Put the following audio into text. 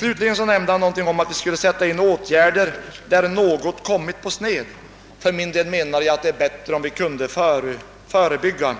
Svensson i Kungälv att vi måste sätta in åtgärder där något kommit på sned. För min del menar jag att det är bättre om vi kan förebygga.